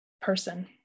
person